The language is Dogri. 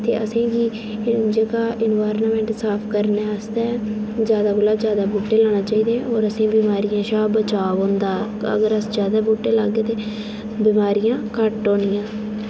ते असेंगी जेह्का एन्वायरनमेंट साफ करने आस्तै ज्यादा कोला ज्यादा बूह्टे लाना चाहिदे होर असेंगी बीमारी शा बचाव होंदा अगर अस ज्यादा बूह्टे लागे ते बमारिया घट्ट होनियां